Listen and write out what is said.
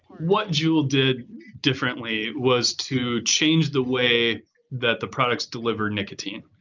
what jewel did differently was to change the way that the products delivered nicotine.